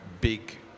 big